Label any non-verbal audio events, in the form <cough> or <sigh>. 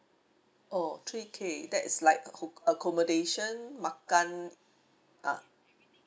orh three K that is like <noise> accommodation makan ah